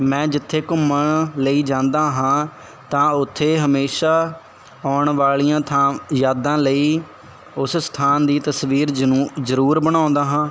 ਮੈਂ ਜਿੱਥੇ ਘੁੰਮਣ ਲਈ ਜਾਂਦਾ ਹਾਂ ਤਾਂ ਉੱਥੇ ਹਮੇਸ਼ਾ ਆਉਣ ਵਾਲੀਆਂ ਥਾਂ ਯਾਦਾਂ ਲਈ ਉਸ ਸਥਾਨ ਦੀ ਤਸਵੀਰ ਜਨੂ ਜ਼ਰੂਰ ਬਣਾਉਂਦਾ ਹਾਂ